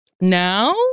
now